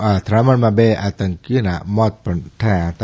આ અથડામણમાં બે આતંકીના મોત નિપજ્યા હતા